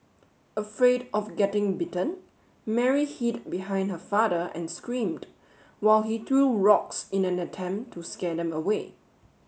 afraid of getting bitten Mary hid behind her father and screamed while he threw rocks in an attempt to scare them away